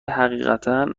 حقیقتا